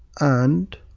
and